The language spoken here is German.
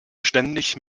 ständig